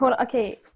Okay